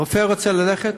רופא רוצה ללכת?